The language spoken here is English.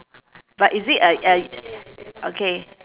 but is it a a okay